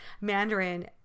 Mandarin